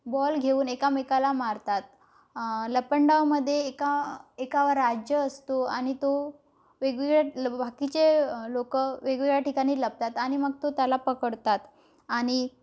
ball घेऊन एकमेकाला मारतात लपंडावमध्ये एका एकावर राज्य असतो आणि तो वेगवेगळ्या ल बाकीचे लोकं वेगवेगळ्या ठिकाणी लपतात आणि मग तो त्याला पकडतात आणि